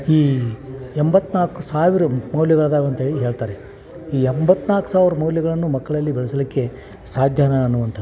ಈ ಎಂಬತ್ತ್ನಾಲ್ಕು ಸಾವಿರ ಮೌಲ್ಯಗಳದವು ಅಂತೇಳಿ ಹೇಳ್ತಾರೆ ಈ ಎಂಬತ್ತ್ನಾಲ್ಕು ಸಾವಿರ ಮೌಲ್ಯಗಳನ್ನು ಮಕ್ಕಳಲ್ಲಿ ಬೆಳೆಸಲಿಕ್ಕೆ ಸಾಧ್ಯವಾ ಅನ್ನುವಂಥದ್ದು